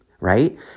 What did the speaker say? right